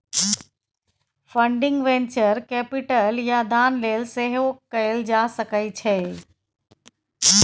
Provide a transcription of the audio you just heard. funding venture capital या दान लेल सेहो कएल जा सकै छै